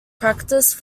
practiced